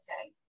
Okay